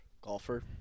golfer